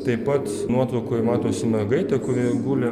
taip pat nuotraukoj matosi mergaitė kuri guli